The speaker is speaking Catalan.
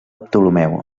ptolemeu